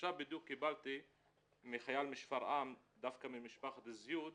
עכשיו בדיוק קיבלתי מחייל משפרעם דווקא ממשפחת זיוד,